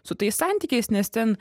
su tais santykiais nes ten